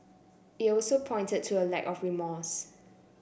it also pointed to a lack of remorse